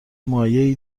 مایعی